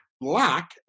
black